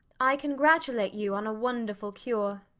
i congratulate you on a wonderful cure.